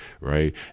right